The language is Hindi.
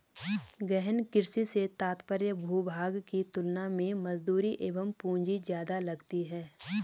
गहन कृषि से तात्पर्य भूभाग की तुलना में मजदूरी एवं पूंजी ज्यादा लगती है